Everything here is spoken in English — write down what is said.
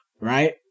right